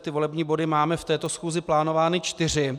Ty volební body máme v této schůzi plánovány čtyři.